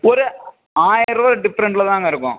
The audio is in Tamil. ஒரு ஆயர்ரூபா டிஃப்ரெண்ட்ல தாங்க இருக்கும்